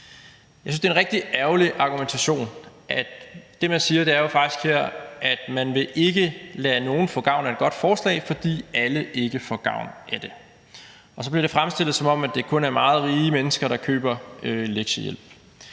Jeg synes, det er en rigtig ærgerlig argumentation, for det, man siger her, er jo, at man ikke vil lade nogen få gavn af et godt forslag, fordi alle ikke får gavn af det. Det blev fremstillet, som om det kun er meget rige mennesker, der køber lektiehjælp.